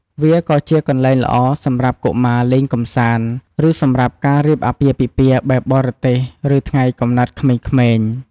វាក៏ជាកន្លែងល្អសម្រាប់កុមារលេងកម្សាន្ត ឬ សម្រាប់ការរៀបអាពាហ៍ពិពាហ៍បែបបរទេស ឬ ថ្ងៃកំណើតក្មេងៗ។